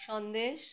Sandesh